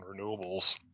renewables